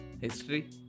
History